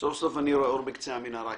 סוף-סוף אני רואה אור בקצה המנהרה.